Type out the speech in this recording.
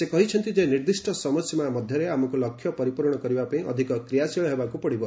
ସେ କହିଛନ୍ତି ଯେ ନିର୍ଦ୍ଦିଷ୍ଟ ସମୟସୀମା ମଧ୍ୟରେ ଆମକୁ ଲକ୍ଷ୍ୟ ପରିପୂରଣ କରିବା ପାଇଁ ଅଧିକ କ୍ରିୟାଶୀଳ ହେବାକୁ ପଡ଼ିବ